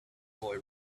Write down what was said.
boy